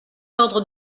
ordre